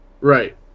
Right